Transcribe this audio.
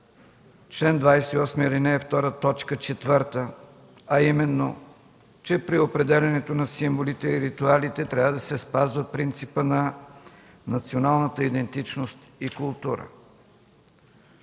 ал. 2, т. 4, а именно, че при определянето на символите и ритуалите трябва да се спазва принципът на националната идентичност и култура.